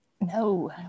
No